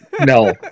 No